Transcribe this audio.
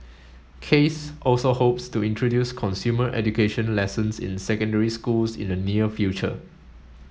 case also hopes to introduce consumer education lessons in secondary schools in the near future